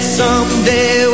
someday